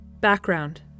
Background